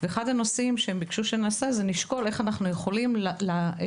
ואחד הדברים שהם ביקשו זה שנשקול איך אנחנו יכולים להציף